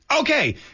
Okay